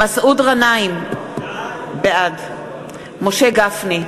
גנאים, בעד משה גפני,